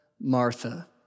Martha